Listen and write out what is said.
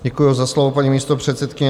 Děkuji za slovo, paní místopředsedkyně.